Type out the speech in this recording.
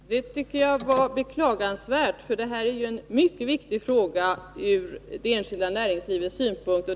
Herr talman! Det tycker jag var beklagligt, för detta är en mycket viktig fråga från det enskilda näringslivets synpunkt.